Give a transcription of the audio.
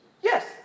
Yes